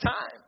time